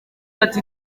ati